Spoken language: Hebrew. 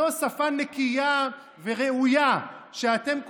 זו שפה נקייה וראויה שאתם,